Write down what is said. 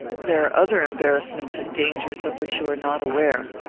there are other embarrassments and dangers of which you are not aware.